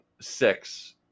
six